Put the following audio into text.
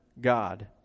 God